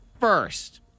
first